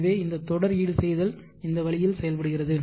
எனவே இந்த தொடர் ஈடு செய்தல் இந்த வழியில் செயல்படுகிறது